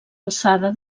alçada